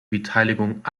beteiligung